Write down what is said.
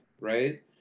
Right